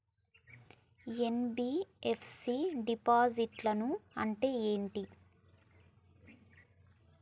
NBFC డిపాజిట్లను అంటే ఏంటి?